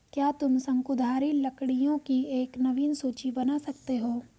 क्या तुम शंकुधारी लकड़ियों की एक नवीन सूची बना सकते हो?